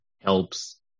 helps